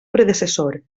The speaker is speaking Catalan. predecessor